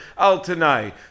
altanai